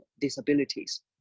disabilities